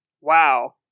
Wow